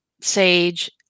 sage